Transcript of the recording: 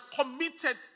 committed